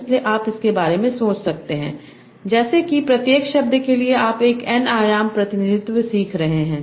इसलिए आप इसके बारे में सोच सकते हैं जैसे कि प्रत्येक शब्द के लिए आप एक N आयाम प्रतिनिधित्व सीख रहे हैं